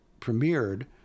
premiered